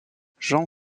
jean